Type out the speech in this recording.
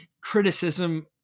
criticism